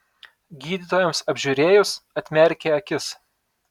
gydytojams apžiūrėjus atmerkė akis